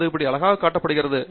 அது எப்படி அழகாக காட்டப்படுகிறது